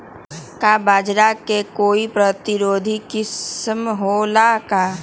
का बाजरा के कोई प्रतिरोधी किस्म हो ला का?